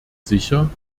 sicher